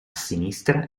sinistra